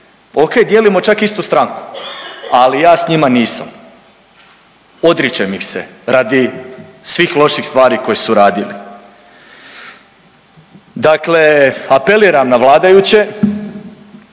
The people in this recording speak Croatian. okej, dijelimo čak i istu stranku, ali ja s njima nisam. Odričem ih se radi svih loših stvari koje su radili. Dakle apeliram na vladajuće,